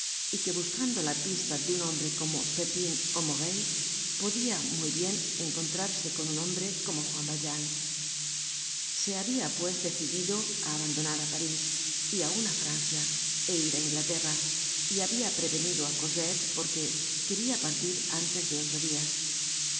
y que buscando la pista de un tomo iv content from google book search generated at hombre como pepin ó morey podia muy bien encontrarse con un hombre como juan valjean se habia pues decidido á abandonará parís y aun á francia é ir á inglaterra y habia prevenido á cosette porque queria partir antes de ocho dias